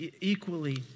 equally